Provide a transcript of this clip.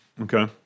Okay